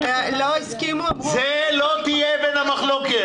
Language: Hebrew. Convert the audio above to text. לא הסכימו ואמרו --- זאת לא תהיה אבן המחלוקת.